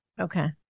okay